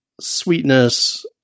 sweetness